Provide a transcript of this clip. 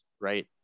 right